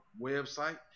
website